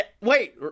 wait